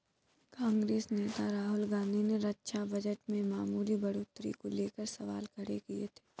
कांग्रेस नेता राहुल गांधी ने रक्षा बजट में मामूली बढ़ोतरी को लेकर सवाल खड़े किए थे